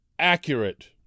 Accurate